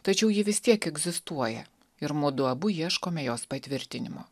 tačiau ji vis tiek egzistuoja ir mudu abu ieškome jos patvirtinimo